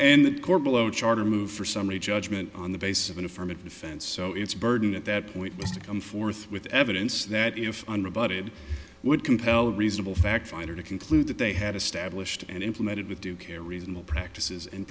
the court below charter moved for summary judgment on the basis of an affirmative defense so its burden at that point was to come forth with evidence that if an rebutted would compel a reasonable fact finder to conclude that they had established and implemented with due care reasonable practices and